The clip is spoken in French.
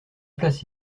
place